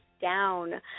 down